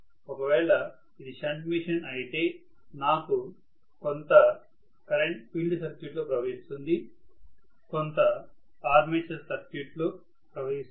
ఒకవేళ ఇది shunt machine అయితే నాకు కొంత కరెంట్ ఫీల్డ్ సర్క్యూట్ లో ప్రవహిస్తుంది కొంత ఆర్మేచర్ సర్క్యూట్ లో ప్రవహిస్తుంది